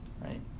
right